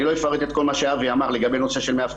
אני לא אפרט את כל מה שאבי אמר לגבי מאבטחים,